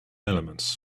elements